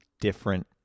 different